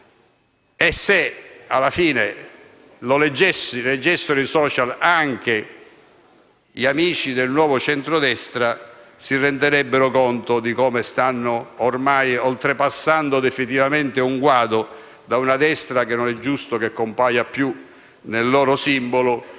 E se leggessero i *social* anche gli amici del Nuovo Centrodestra, si renderebbero conto di come stanno oltrepassando definitivamente un guado: transitano da una destra che non è giusto compaia più nel loro simbolo